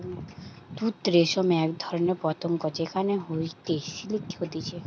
তুত রেশম এক ধরণের পতঙ্গ যেখান হইতে সিল্ক হতিছে